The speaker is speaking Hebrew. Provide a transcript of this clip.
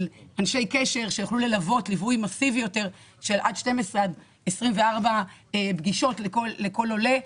אנשי קשר שיוכלו ללוות ליווי מסיבי יותר של עד 12 24 פגישות לכל עולה.